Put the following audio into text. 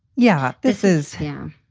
yeah, this is him.